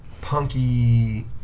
punky